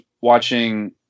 watching